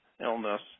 illness